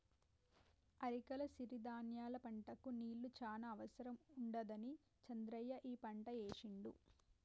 అరికల సిరి ధాన్యాల పంటకు నీళ్లు చాన అవసరం ఉండదని చంద్రయ్య ఈ పంట ఏశిండు